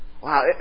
Wow